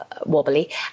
wobbly